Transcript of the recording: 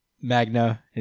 Magna